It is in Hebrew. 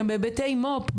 גם בהיבטי מו"פ,